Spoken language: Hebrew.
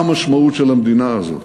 מה המשמעות של המדינה הזאת,